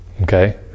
Okay